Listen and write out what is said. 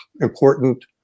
important